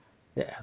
ya